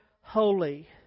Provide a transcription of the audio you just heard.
holy